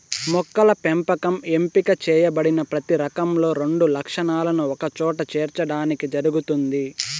మొక్కల పెంపకం ఎంపిక చేయబడిన ప్రతి రకంలో రెండు లక్షణాలను ఒకచోట చేర్చడానికి జరుగుతుంది